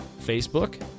Facebook